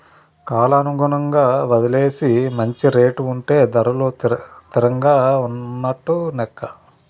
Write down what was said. కాలానుగుణంగా పంటలేసి మంచి రేటు ఉంటే ధరలు తిరంగా ఉన్నట్టు నెక్క